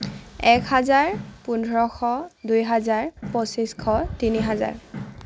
এক হাজাৰ পোন্ধৰশ দুই হাজাৰ পঁচিছশ তিনি হাজাৰ